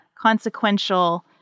consequential